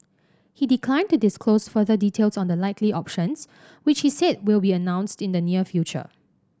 he declined to disclose further details on the likely options which he said will be announced in the near future